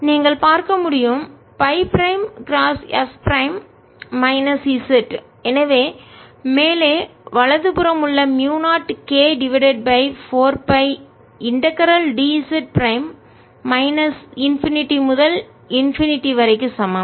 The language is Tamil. நீங்கள் பார்க்க முடியும் Φ prime cross s prime minus z எனவே மேலே வலது புறம் உள்ள மூயு 0 k divided by 4 pi integral dz prime minus infinity முடிவிலி முதல் இன்பினிட்டிமுடிவிலி வரை க்கு சமம்